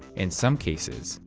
in some cases,